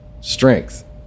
strength